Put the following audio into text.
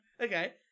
Okay